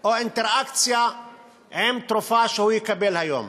או אינטראקציה עם תרופה שהוא יקבל היום.